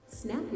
Snap